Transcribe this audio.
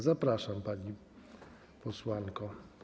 Zapraszam, pani posłanko.